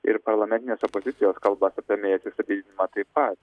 ir parlamentinės opozicijos kalbas apie mei atsistatydinimą taip pat